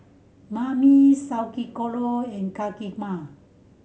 Banh Mi Sauerkraut and Kheema